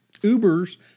Uber's